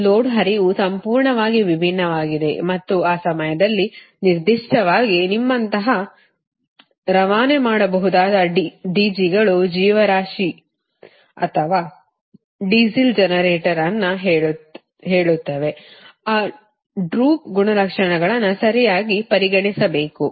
ಒಂದು ಲೋಡ್ ಹರಿವು ಸಂಪೂರ್ಣವಾಗಿ ವಿಭಿನ್ನವಾಗಿದೆ ಮತ್ತು ಆ ಸಮಯದಲ್ಲಿ ನಿರ್ದಿಷ್ಟವಾಗಿ ನಿಮ್ಮಂತಹ ರವಾನೆ ಮಾಡಬಹುದಾದ ಡಿಜಿಗಳು ಜೀವರಾಶಿ DGs ಅಥವಾ ಡೀಸೆಲ್ ಜನರೇಟರ್ ಅನ್ನು ಹೇಳುತ್ತವೆ ಆ ಡ್ರೂಪ್ ಗುಣಲಕ್ಷಣಗಳನ್ನು ಸರಿಯಾಗಿ ಪರಿಗಣಿಸಬೇಕು